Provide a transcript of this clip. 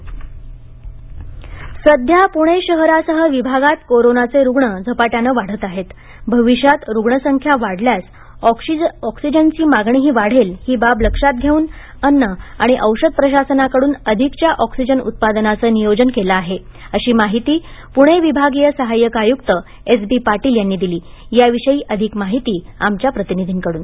oxygen उत्पादन सध्या पुणे शहरासह विभागात कोरोनाच्या रूग्ण झपाटयाने वाढत आहेत भविष्यात रूग्णसंख्या वाढल्यास ऑक्सिजनची मागणीही वाढेल ही बाब लक्षात घेवून अन्न आणि औषध प्रशासनाकडून अधिकच्या ऑक्सिजन उत्पादनाचे नियोजन केले आहे अशी माहिती पुणे विभागीय सहायक आयुक्त एस बी पाटील यांनी दिली याविषयी अधिक वृत्तांत ऐकुया आमच्या प्रतिनिधींकडून